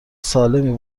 سالمی